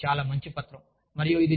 కాబట్టి ఇది చాలా మంచి పత్రం